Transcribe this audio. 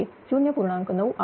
तिथे हा 0